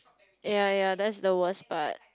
ya ya that's the worst part